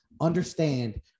understand